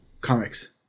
Comics